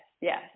yes